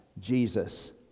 Jesus